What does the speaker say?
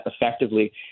effectively